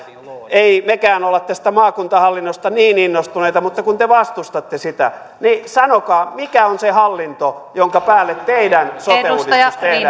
emme mekään ole tästä maakuntahallinnosta niin innostuneita mutta kun te vastustatte sitä niin sanokaa mikä on se hallinto jonka päälle teidän sote uudistuksenne tehdään